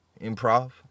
Improv